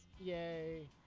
Yay